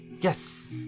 Yes